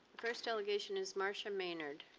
first delegation is marsha maynard.